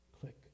Click